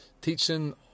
teaching